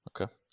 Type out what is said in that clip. Okay